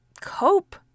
cope